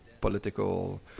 political